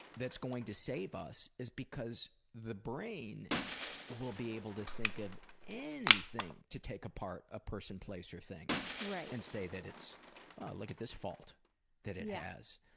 that's going to save us is because the brain will be able to think of anything to take apart a person, place or thing and say that it's look at this fault that it has.